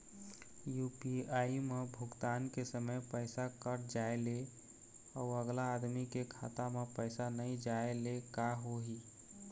UPI म भुगतान के समय पैसा कट जाय ले, अउ अगला आदमी के खाता म पैसा नई जाय ले का होही?